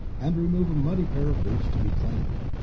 and remove a muddy pair of boots to be cleaned.